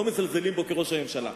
לא מזלזלים בו כראש הממשלה.